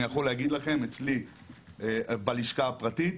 אני יכול להגיד לכם, אצלי בלשכה הפרטית,